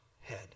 head